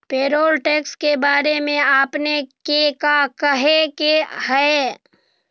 Payroll tax के बारे में आपने के का कहे के हेअ?